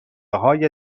های